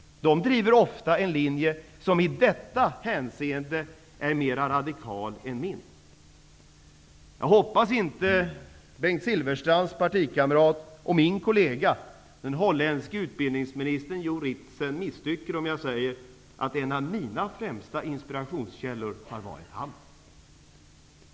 De driver ofta en linje som i detta hänseende är mer radikal än min. Jag hoppas att inte Bengt Silfverstrands partikamrat och min kollega, den holländske utbildningsministern Jo Ritzen, misstycker om jag säger att han har varit en av mina främsta inspirationskällor.